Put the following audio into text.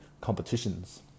competitions